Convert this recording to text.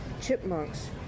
Chipmunks